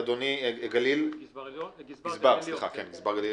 עוזי, אתה יכול מילה על העניין הזה, כמה הדבר הזה